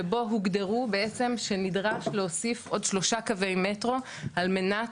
שבו הוגדרו בעצם שנדרש להוסיף עוד שלושה קווי מטרו על מנת